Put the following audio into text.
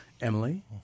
Emily